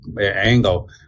angle